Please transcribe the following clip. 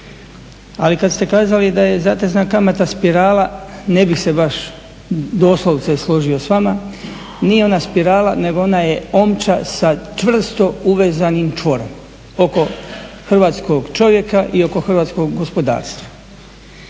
ali kad ste kazali da je zatezna kamata spirala, ne bih se baš doslovce složio s vama. Nije ona spirala, nego ona je omča sa čvrsto uvezanim čvorom oko hrvatskog čovjeka i oko hrvatskog gospodarstva.